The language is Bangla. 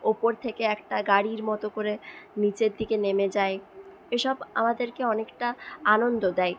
ওপর থেকে একটা গাড়ির মতো করে নিচের দিকে নেমে যায় এসব আমাদেরকে অনেকটা আনন্দ দেয়